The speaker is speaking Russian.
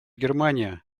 германия